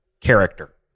character